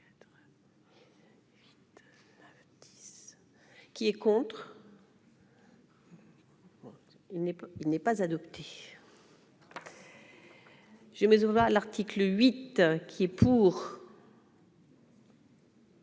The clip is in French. Qui est contre, il n'est pas adopté, je mais ou l'article 10 qui est pour.